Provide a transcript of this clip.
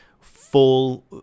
full